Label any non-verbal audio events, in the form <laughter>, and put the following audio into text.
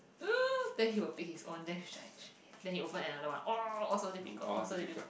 <noise> then he will pick his own then shit then he open another one oh also difficult all so difficult